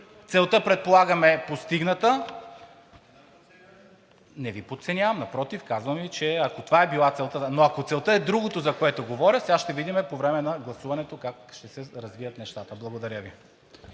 Хасан Адемов: „Не ме подценявай!“) Не Ви подценявам. Напротив, казвам Ви, че ако това е била целта, но ако целта е другото, за което говоря, сега ще видим по време на гласуването как ще се развият нещата. Благодаря Ви.